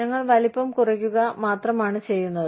ഞങ്ങൾ വലിപ്പം കുറയ്ക്കുക മാത്രമാണ് ചെയ്യുന്നത്